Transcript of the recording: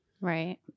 Right